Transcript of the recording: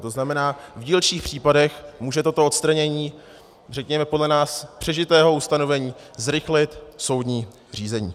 To znamená, v dílčích případech může toto odstranění podle nás přežitého ustanovení zrychlit soudní řízení.